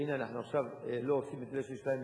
הנה אנחנו עכשיו לא הורסים את אלה שיש סיכוי.